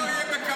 מה לא יהיה בקרוב?